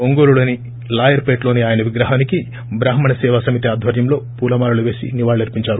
ఒంగోలులోని లాయర్ పేటలోని ఆయన విగ్రహానికి బ్రాహ్మణ సేవా సమితి ఆధ్వర్యంలో పూలమాలలు పేసి నివాళులర్చించారు